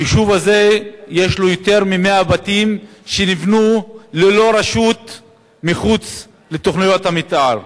היישוב הזה יש בו יותר מ-100 בתים שנבנו ללא רשות מחוץ לתוכניות המיתאר.